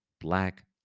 black